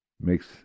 makes